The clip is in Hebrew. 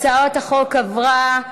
הצעת החוק עברה.